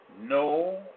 no